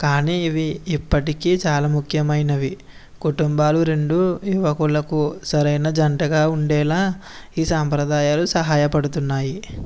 కాని ఇవి ఇప్పటికి చాలా ముఖ్యమైనవి కుటుంబాలు రెండు ఒకలకు సరైన జంటగా ఉండేలా ఈ సంప్రదాయాలు సహాయపడుతున్నాయి